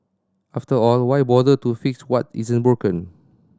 after all why bother to fix what isn't broken